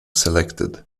selected